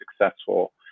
successful